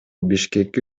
бишкекке